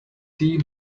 tea